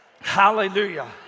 Hallelujah